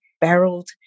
barreled